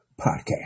podcast